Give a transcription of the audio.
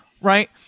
right